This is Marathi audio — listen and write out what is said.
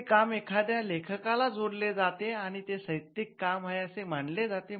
ते काम एखाद्या लेखकाला जोडले जाते आणि ते साहित्यिक काम आहे असे मानले जाते